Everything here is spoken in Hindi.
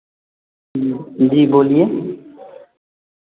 जी बोलिए